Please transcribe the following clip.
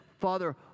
Father